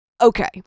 Okay